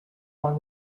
will